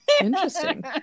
Interesting